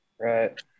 right